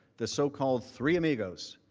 the so-called three amigos.